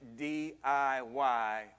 DIY